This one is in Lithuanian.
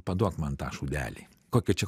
paduok man tą šūdelį kokį čia